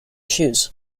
shoes